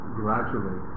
gradually